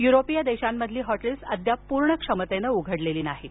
युरोपीय देशांमधील हॉटेल्स अद्याप पूर्ण क्षमतेने उघडलेली नाहीत